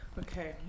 okay